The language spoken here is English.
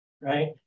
right